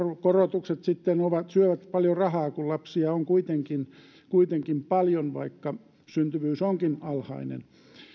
korotukset sitten syövät paljon rahaa kun lapsia on kuitenkin kuitenkin paljon vaikka syntyvyys onkin alhainen